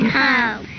home